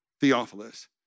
Theophilus